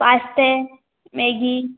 पास्ते मैगी